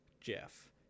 Jeff